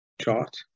chart